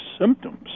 symptoms